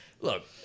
Look